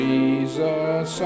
Jesus